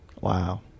Wow